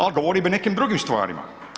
Ali govori bi o nekim drugim stvarima.